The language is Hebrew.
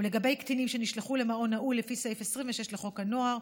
ולגבי קטינים שנשלחו למעון נעול לפי סעיף 26 לחוק הנוער,